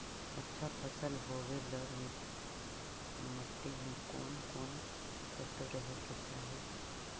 अच्छा फसल होबे ल मट्टी में कोन कोन तत्त्व रहे के चाही?